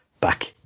back